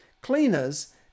cleaners